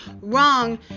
wrong